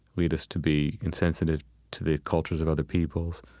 lead us to be insensitive to the cultures of other peoples,